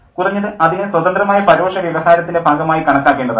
കുറഞ്ഞത് അതിനെ സ്വതന്ത്രമായ പരോക്ഷ വ്യവഹാരത്തിൻ്റെ ഭാഗമായി കണക്കാക്കേണ്ടതാണ്